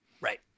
right